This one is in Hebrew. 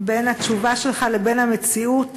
בין התשובה שלך לבין המציאות,